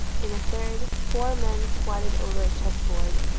in a third four men squatted over a chess-board,